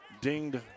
dinged